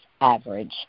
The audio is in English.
average